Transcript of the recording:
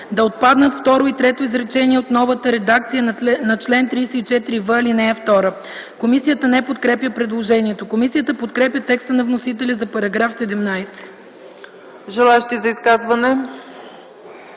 да отпаднат второ и трето изречение от новата редакция на чл. 34в, ал. 2. Комисията не подкрепя предложението. Комисията подкрепя текста на вносителя за § 17. ПРЕДСЕДАТЕЛ